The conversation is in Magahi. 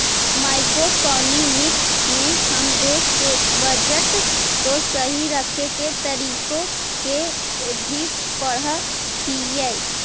मैक्रोइकॉनॉमिक्स में हम देश के बजट को सही रखे के तरीके भी पढ़अ हियई